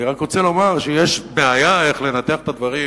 אני רק רוצה לומר שיש בעיה איך לנתח את הדברים,